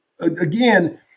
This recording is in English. again